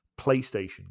PlayStation